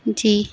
जी